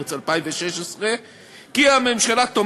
לאור האמור, מוצע לתקן את